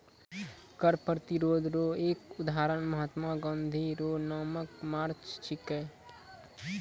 कर प्रतिरोध रो एक उदहारण महात्मा गाँधी रो नामक मार्च छिकै